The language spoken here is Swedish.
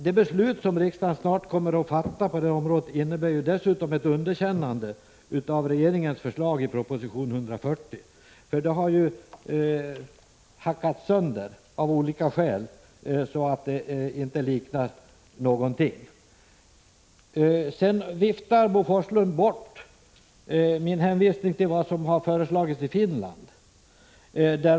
Det beslut som riksdagen snart kommer att fatta innebär dessutom ett underkännande av regeringens förslag i proposition 140, för det har ju hackats sönder, av olika skäl, så att det inte liknar någonting. Sedan viftar Bo Forslund bort min hänvisning till vad som har föreslagits i Finland.